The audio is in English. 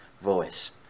voice